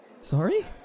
Sorry